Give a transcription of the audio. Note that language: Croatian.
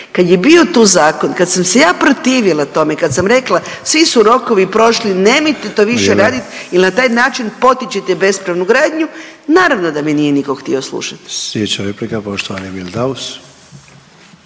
Kad je bio tu zakon, kad sam se ja protivila tome i kad sam rekla svi su rokovi prošli…/Upadica Sanader: Vrijeme/…nemojte to više radit jel na taj način potičete bespravnu gradnju, naravno da me nije niko htio slušat.